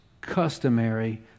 customary